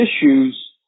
issues